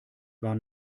war